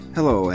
Hello